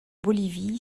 bolivie